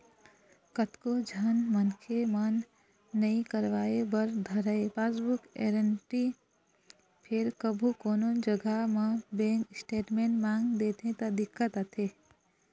कतको झन मनखे मन नइ करवाय बर धरय पासबुक एंटरी फेर कभू कोनो जघा म बेंक स्टेटमेंट मांग देथे त दिक्कत आथे